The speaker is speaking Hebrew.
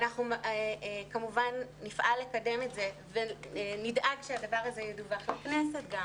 ואנחנו כמובן נפעל לקדם את זה ונדאג שהדבר ידווח לכנסת גם,